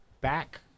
back